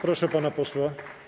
Proszę pana posła.